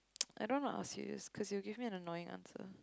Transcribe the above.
I don't know how to ask this cause you'll give me an annoying answer